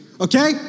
okay